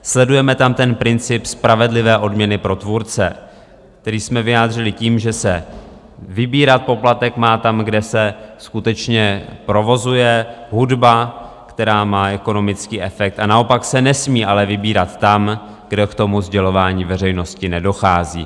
Sledujeme tam ten princip spravedlivé odměny pro tvůrce, který jsme vyjádřili tím, že se vybírat poplatek má tam, kde se skutečně provozuje hudba, která má ekonomický efekt, a naopak se nesmí ale vybírat tam, kde k sdělování veřejnosti nedochází.